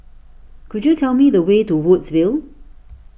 could you tell me the way to Woodsville